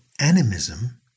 animism